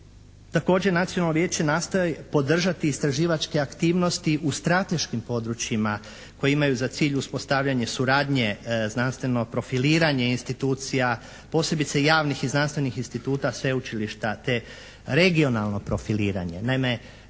Također nacionalno vijeće nastoji podržati istraživačke aktivnosti u strateškim područjima koji imaju za cilj uspostavljanje suradnje znanstveno profiliranje institucija, posebice javnih i znanstvenih instituta sveučilišta te regionalno profiliranje. Naime